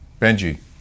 Benji